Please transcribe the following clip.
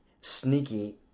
sneaky